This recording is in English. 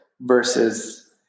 versus